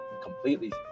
completely